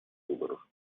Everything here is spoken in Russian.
выборов